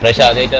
yeah chardonnay